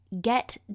Get